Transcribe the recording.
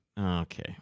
Okay